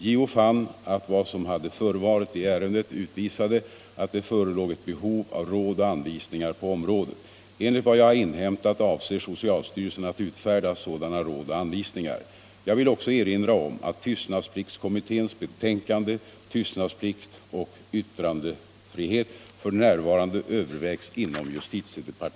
JO fann att vad som hade förevarit 1 ärendet utvisade att det förelåg eu behov av råd och anvisningar på området: Enligt vad jag har inhämtat Om sjukhuspersonalens tystnadsplikt Om sjukhuspersonalens tystnadsplikt